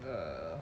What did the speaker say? err